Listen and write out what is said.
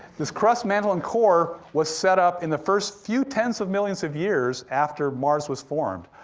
this crust, mantle, and core was set up in the first few tens of millions of years after mars was formed.